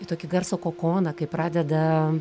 į tokį garso kokoną kai pradeda